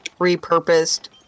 repurposed